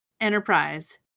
enterprise